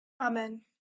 Amen